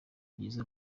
byiza